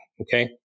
Okay